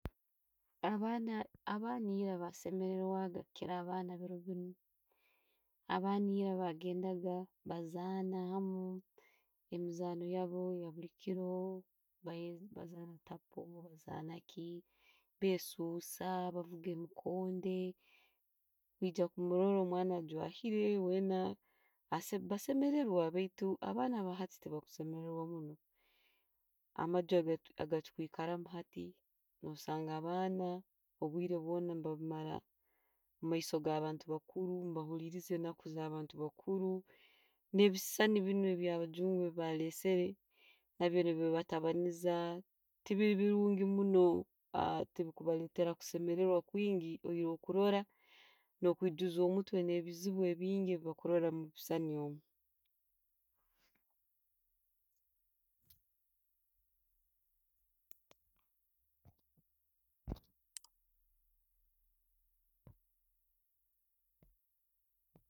Abaana, abaana erra baswemeraaga kukiira abaana ba biilo biinu. Abaana era bagendaga, bazzaana, emizaano yaabu eyabuliikiro. Bazana taapo, bazzana ki, besuusa, bavuka ebikonde. Nogya kumurora omwana weena ajwahiire. Basemerewa baitu abaana bahati tebakusemererwa munno. Amaju ge tukwiikaramu hati, osanga abaana obwire bwoona babumala omumaiso ga'abantu bakuru, nebahuliriza enaku za'abantu bakuru, nebisaani biinu ebyabajungu byuebaleseere, ebindi nebibatabanniza, tebiiri birungi muno. Tebukuballetera kusemererwa kwingi oiyireho kurora no'gwijuuza omutwe ne'biziibu bingi byebakuloora omubisaani omwo.